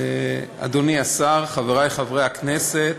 אדוני השר, חברי חברי הכנסת,